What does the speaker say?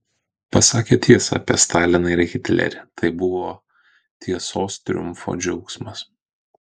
pasakė tiesą apie staliną ir hitlerį tai buvo tiesos triumfo džiaugsmas